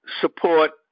support